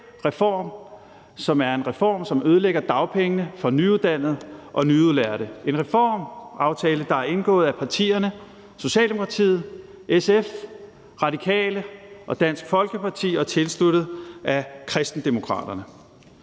som er en reform, der ødelægger dagpengene for nyuddannede og nyudlærte; en reformaftale, der er indgået af partierne Socialdemokratiet, SF, Radikale og Dansk Folkeparti og tilsluttet af Kristendemokraterne.